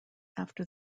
after